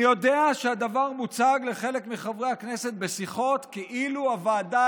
אני יודע שהדבר מוצג לחלק מחברי הכנסת בשיחות כאילו הוועדה